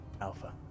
alpha